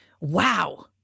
Wow